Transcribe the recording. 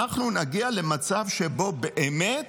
אנחנו נגיע למצב שבו באמת